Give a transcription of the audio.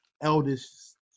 eldest